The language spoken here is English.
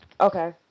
Okay